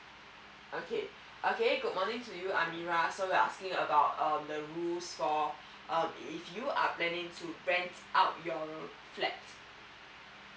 okay okay good morning to you amira so you're asking about um the rules for um if you are planning to rent out your flats